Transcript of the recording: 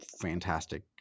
fantastic